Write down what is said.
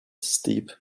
steep